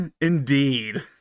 Indeed